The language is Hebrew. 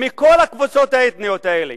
מכל הקבוצות האתניות האלה,